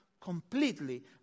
completely